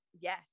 yes